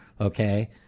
okay